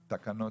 תקנות,